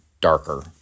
darker